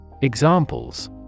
Examples